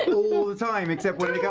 all the time! except when it